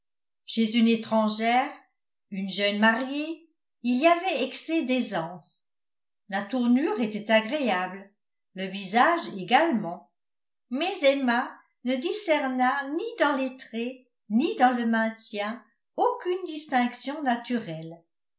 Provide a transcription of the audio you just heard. chez une étrangère une jeune mariée il y avait excès d'aisance la tournure était agréable le visage également mais emma ne discerna ni dans les traits ni dans le maintien aucune distinction naturelle